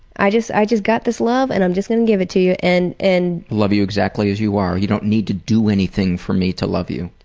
i just i just got this love and i'm just gonna give it to you. and and love you exactly as you are, you don't need to do anything for me to love you.